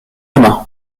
communs